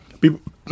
people